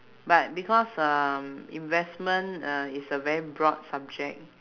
but because um investment uh is a very broad subject